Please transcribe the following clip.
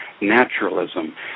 naturalism